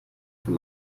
von